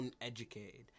uneducated